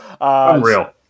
Unreal